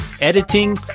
editing